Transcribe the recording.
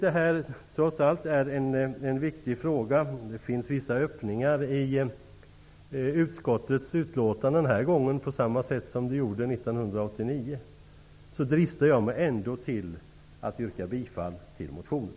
Det finns nu liksom 1989 vissa öppningar i utskottets utlåtande. För att markera att jag tycker att detta trots allt är en viktig fråga dristar jag mig till att yrka bifall till motionen.